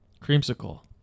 Creamsicle